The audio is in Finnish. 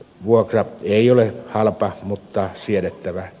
vuokra ei ole halpa mutta siedettävä